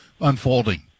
unfolding